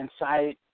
inside